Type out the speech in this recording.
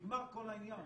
נגמר כל העניין.